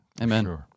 Amen